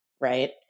Right